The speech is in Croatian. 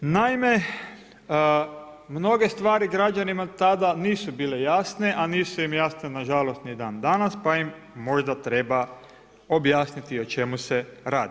Naime, mnoge stvari građanima tada nisu bile jasne, a nisu im jasne nažalost ni dan-danas, pa im možda treba objasniti o čemu se radi.